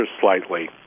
slightly